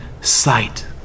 sight